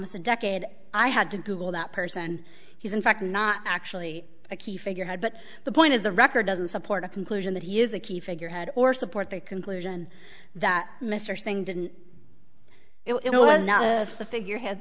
almost a decade i had to google that person he's in fact not actually a key figurehead but the point is the record doesn't support a conclusion that he is a key figurehead or support the conclusion that mr singh didn't it was not the figurehead